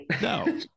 no